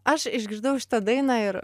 aš išgirdau šitą dainą ir